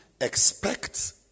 expect